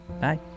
bye